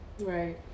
Right